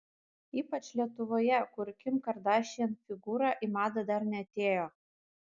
ypač lietuvoje kur kim kardashian figūra į madą dar neatėjo